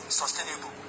sustainable